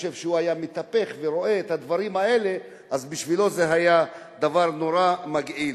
אז בשבילו זה היה דבר נורא מגעיל.